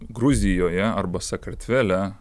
gruzijoje arba sakartvele